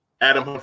Adam